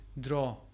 draw